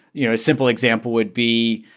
you know, a simple example would be,